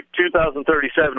2037